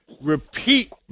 repeat